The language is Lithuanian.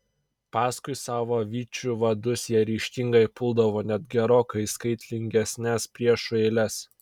paskui savo vyčių vadus jie ryžtingai puldavo net gerokai skaitlingesnes priešų eiles